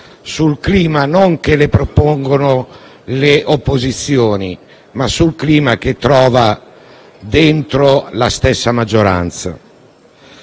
sul clima che le propongono le opposizioni, ma su quello che trova dentro la stessa maggioranza.